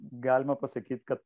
galima pasakyt kad